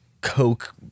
coke